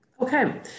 okay